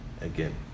again